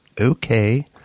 Okay